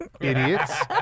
Idiots